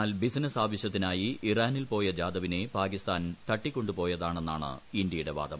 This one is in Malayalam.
എന്നാൽ ബിസിനസ് ആവശ്യത്തിനായി ഇറാനിൽപ്പോയ ജാദവിനെ പാകിസ്ഥാൻ തട്ടിക്കൊണ്ടുപോയത്രാണ്ണെന്നാണ് ഇന്ത്യയുടെ വാദം